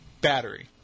battery